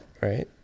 Right